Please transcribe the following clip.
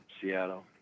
Seattle